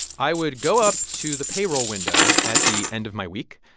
i would go up to the payroll window at the end of my week,